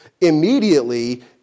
immediately